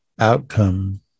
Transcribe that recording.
Outcome